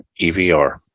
EVR